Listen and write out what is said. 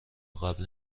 قبل